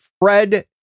Fred